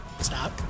Stop